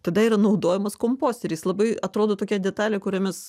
tada yra naudojimas komposteriais labai atrodo tokia detalė kurią mes